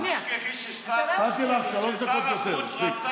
שמתי לך שלוש דקות יותר.